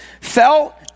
fell